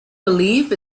believe